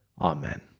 Amen